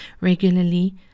regularly